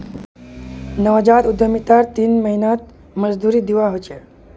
नवजात उद्यमितात तीन महीनात मजदूरी दीवा ह छे